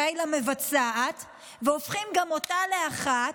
למבצעת והופכים גם אותן לאחת,